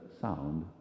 sound